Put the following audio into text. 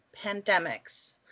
pandemics